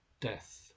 Death